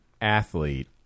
athlete